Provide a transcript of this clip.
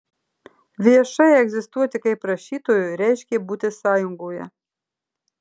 viešai egzistuoti kaip rašytojui reiškė būti sąjungoje